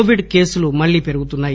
Covid కేసులు మళ్లీ పెరుగుతున్నాయి